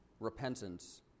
Repentance